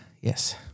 yes